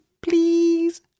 please